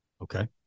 Okay